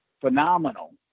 Phenomenal